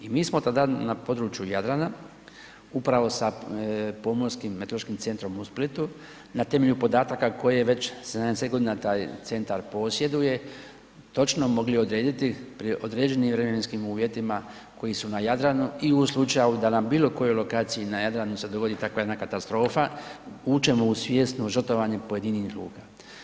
I mi smo tada na području Jadrana upravo sa Pomorskim meteorološkim centrom u Splitu na temelju podataka koje već 70 godina taj centar posjeduje, točno mogli odrediti pri određenim vremenskim uvjetima koji su na Jadranu i u slučaju da na bilo kojoj lokaciji na Jadranu se dogodi takva jedna katastrofa vučemo u svjesno žrtvovanje pojedinih luka.